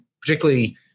particularly